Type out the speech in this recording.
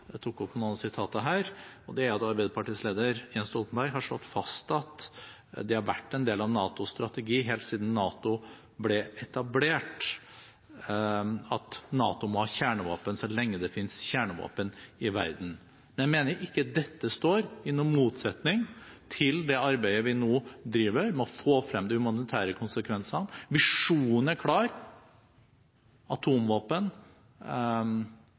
jeg minne om det som er NATOs strategi, og som er slått fast av Arbeiderpartiets leder, Jens Stoltenberg – det var flere som tok opp noen sitater her – og det er at det har vært en del av NATOs strategi helt siden NATO ble etablert, at NATO må ha kjernevåpen så lenge det finnes kjernevåpen i verden. Men jeg mener dette ikke står i noen motsetning til det arbeidet vi nå driver med å få frem de humanitære